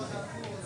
שיגישו.